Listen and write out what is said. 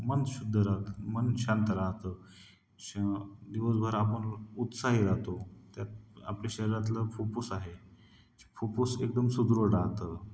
मन शुद्ध राहतं मन शांत राहतं श दिवसभर आपण उत्साही राहतो त्यात आपल्या शरीरातलं फुप्फुस आहे फुप्फुस एकदम सुदृढ राहतं